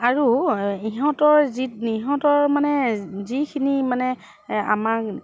আৰু ইহঁতৰ যি ইহঁতৰ মানে যিখিনি মানে আমাক